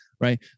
right